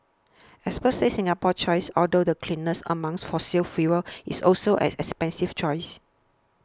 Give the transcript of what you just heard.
experts say Singapore's choice although the cleanest among fossil fuels is also an expensive choice